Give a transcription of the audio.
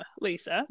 lisa